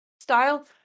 style